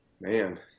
Man